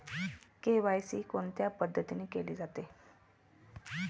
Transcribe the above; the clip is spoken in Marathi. के.वाय.सी कोणत्या पद्धतीने केले जाते?